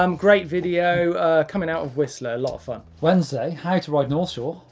um great video coming out of whistler, lot of fun. wednesday, how to ride north shore,